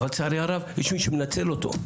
אבל לצערי הרב יש מי שמנצל אותו.